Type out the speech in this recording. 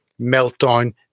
Meltdown